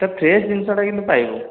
ତା ଫ୍ରେସ୍ ଜିନିଷଟା କିନ୍ତୁ ପାଇବୁ